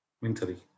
mentally